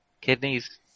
Kidneys